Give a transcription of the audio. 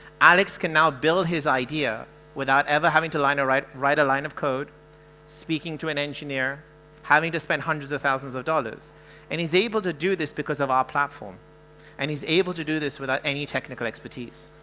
alex can now build his idea without ever having to liner write write a line of code speaking to an engineer having to spend hundreds of thousands of dollars and he's able to do this because of our platform and he's able to do this without any technical expertise